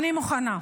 אני מוכנה.